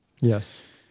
Yes